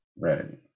right